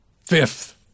Fifth